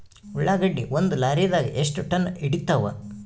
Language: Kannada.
ಉಳ್ಳಾಗಡ್ಡಿ ಒಂದ ಲಾರಿದಾಗ ಎಷ್ಟ ಟನ್ ಹಿಡಿತ್ತಾವ?